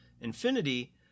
Infinity